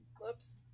whoops